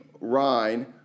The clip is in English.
Rhine